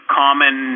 common